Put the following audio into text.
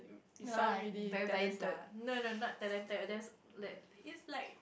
no lah very bias lah no no not talented there's like is like